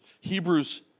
Hebrews